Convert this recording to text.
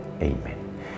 Amen